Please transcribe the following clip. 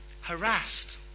Harassed